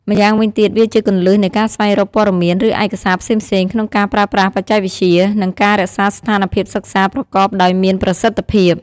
ម្យ៉ាងវិញទៀតវាជាគន្លឹះនៃការស្វែងរកព័ត៌មានឬឯកសារផ្សេងៗក្នុងការប្រើប្រាស់បច្ចេកវិទ្យា និងការរក្សាស្ថានភាពសិក្សាប្រកបដោយមានប្រសិទ្ធភាព។